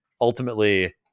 ultimately